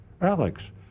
Alex